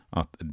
att